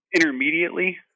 Intermediately